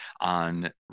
on